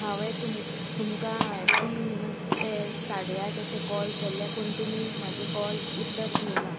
हांवें तुम तुमकां तीन ते साडे आठ अशें कॉल केल्ले पूण तुमी म्हाजे कॉल उतर दिवना